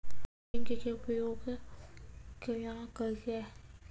Zinc के उपयोग केना करये?